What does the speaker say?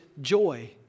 joy